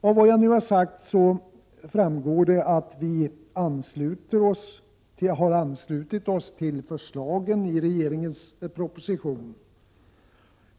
Av vad jag nu sagt framgår att vi har anslutit oss till förslagen i regeringens proposition.